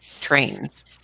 trains